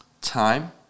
time